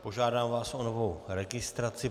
Požádám vás o novou registraci.